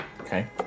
Okay